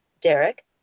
Derek